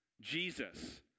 Jesus